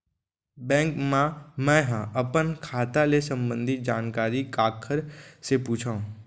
Bank मा मैं ह अपन खाता ले संबंधित जानकारी काखर से पूछव?